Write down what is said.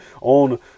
on